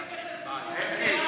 חשבתי, מרב מיכאלי.